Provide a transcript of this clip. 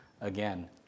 again